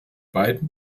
beiden